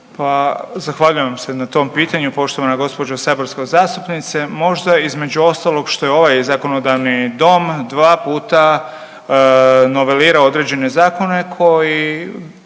Pa zahvaljujem vam se na tom pitanju poštovana gđo. saborska zastupnice. Možda između ostalog što je ovaj zakonodavni dom dva puta novelirao određene zakone koji